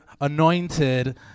anointed